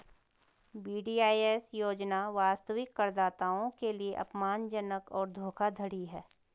VDIS योजना वास्तविक करदाताओं के लिए अपमानजनक और धोखाधड़ी है